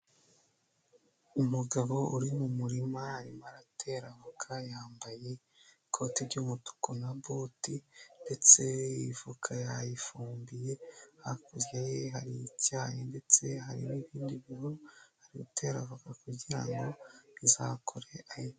Umugabo uri mu murima, arimo aratera voka yambaye, ikoti ry'umutuku na boti ndetse ifuka yayifumbiye, hakurya ye hari icyayi ndetse hari n'ibindi bihu ari gutera avoka kugirango ngo izakure ayirye.